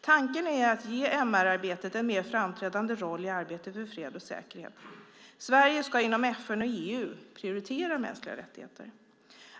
Tanken är att ge MR-arbetet en mer framträdande roll i arbetet för fred och säkerhet. Sverige ska inom FN och EU prioritera mänskliga rättigheter.